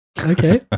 okay